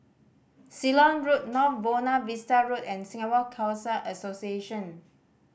Ceylon Road North Buona Vista Road and Singapore Khalsa Association